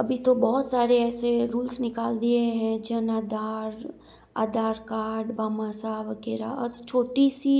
अभी तो बहुत सारे ऐसे रूल्स निकाल दिए हैं जनआधार आधार कार्ड भामाशाह वगैरह और छोटी सी